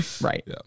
Right